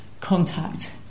contact